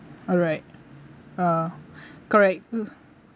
alright ah correct